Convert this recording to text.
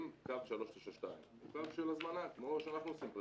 אם קו 392 הוא קו של הזמנה, כמו שאנחנו עושים.